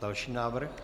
Další návrh.